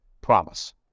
promise